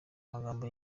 amagambo